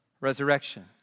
resurrection